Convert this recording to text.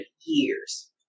years